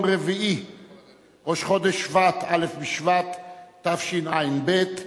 בשבט תשע"ב,